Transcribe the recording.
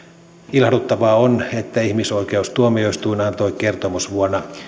ilahduttavaa on että ihmisoikeustuomioistuin antoi kertomusvuonna